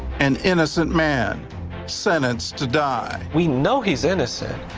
an innocent man sentenced to die. we know he is innocent.